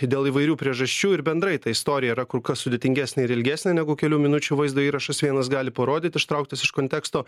dėl įvairių priežasčių ir bendrai ta istorija yra kur kas sudėtingesnė ir ilgesnė negu kelių minučių vaizdo įrašas vienas gali parodyt ištrauktas iš konteksto